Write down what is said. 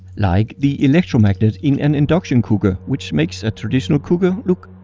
like the electromagnet in an induction cooker which makes a traditional cooker look.